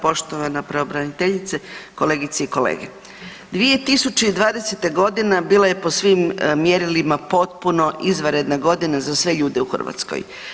Poštovana pravobraniteljice, kolegice i kolege, 2020. godina bila je po svim mjerilima potpuno izvanredna godina za sve ljude u Hrvatskoj.